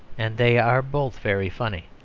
and they are both very funny.